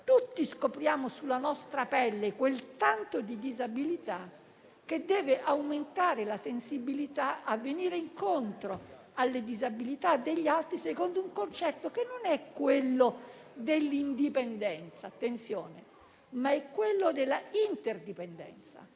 Tutti scopriamo sulla nostra pelle quel tanto di disabilità che deve aumentare la sensibilità ad andare incontro alle disabilità degli altri, secondo un concetto che non è quello dell'indipendenza - attenzione - ma è quello dell'interdipendenza,